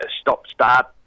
stop-start